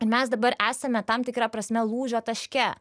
ir mes dabar esame tam tikra prasme lūžio taške